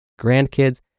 grandkids